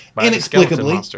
inexplicably